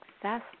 success